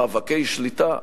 מאבקי שליטה,